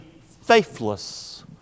faithless